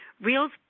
Reels